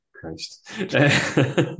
Christ